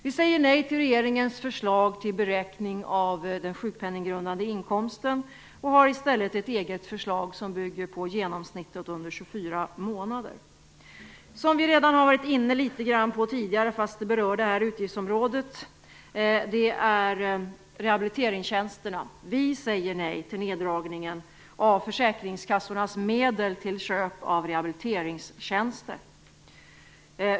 Vi säger nej till regeringens förslag till beräkning av den sjukpenninggrundande inkomsten och har i stället ett eget förslag som bygger på genomsnittsinkomsten under 24 månader. Något som vi redan har varit inne på litet grand tidigare, trots att det berör detta utgiftsområde, är rehabiliteringstjänsterna. Vi säger nej till neddragningen av försäkringskassornas medel till köp av rehabiliteringstjänster.